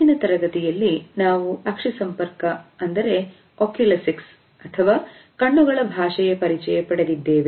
ಹಿಂದಿನ ತರಗತಿಯಲ್ಲಿ ನಾವು ಅಕ್ಷಿ ಸಂಪರ್ಕ ಅಥವಾ ಕಣ್ಣುಗಳ ಭಾಷೆಯ ಪರಿಚಯ ಪಡೆದಿದ್ದೇವೆ